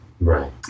Right